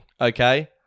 okay